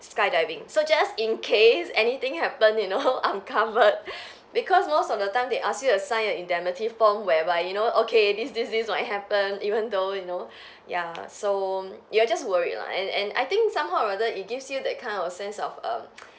skydiving so just in case anything happen you know I'm covered because most of the time they ask you to sign an indemnity form whereby you know okay this this this might happen even though you know ya so ya just worried lah and and I think somehow or rather it gives you that kind of a sense of um